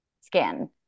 skin